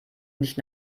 nicht